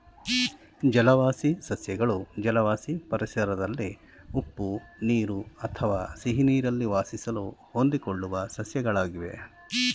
ಜಲವಾಸಿ ಸಸ್ಯಗಳು ಜಲವಾಸಿ ಪರಿಸರದಲ್ಲಿ ಉಪ್ಪು ನೀರು ಅಥವಾ ಸಿಹಿನೀರಲ್ಲಿ ವಾಸಿಸಲು ಹೊಂದಿಕೊಳ್ಳುವ ಸಸ್ಯಗಳಾಗಿವೆ